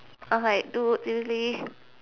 I was like dude seriously